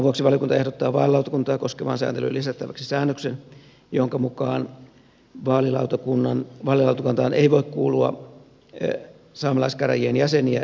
tämän vuoksi valiokunta ehdottaa vaalilautakuntaa koskevaan sääntelyyn lisättäväksi säännöksen jonka mukaan vaalilautakuntaan ei voi kuulua saamelaiskäräjien jäseniä eikä varajäseniä